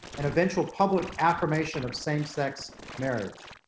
and eventual public affirmation of same sex marriage.